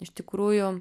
iš tikrųjų